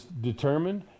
determined